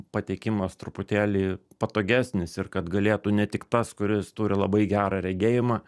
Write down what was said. pateikimas truputėlį patogesnis ir kad galėtų ne tik tas kuris turi labai gerą regėjimą